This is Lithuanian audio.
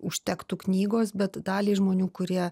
užtektų knygos bet daliai žmonių kurie